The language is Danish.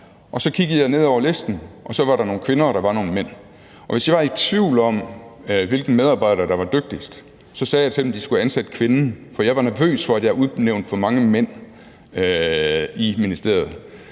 så kiggede jeg ned over listen, og så var der nogle kvinder og der var nogle mænd. Og hvis jeg var i tvivl om, hvilken medarbejder der var dygtigst, så sagde jeg til dem, at de skulle ansætte kvinden, for jeg var nervøs for, at jeg udnævnte for mange mænd i ministeriet.